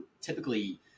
typically